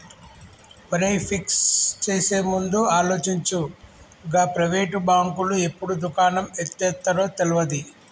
ఒరేయ్, ఫిక్స్ చేసేముందు ఆలోచించు, గా ప్రైవేటు బాంకులు ఎప్పుడు దుకాణం ఎత్తేత్తరో తెల్వది